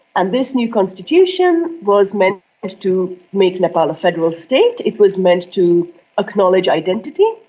and this new constitution was meant to make nepal a federal state, it was meant to acknowledge identity,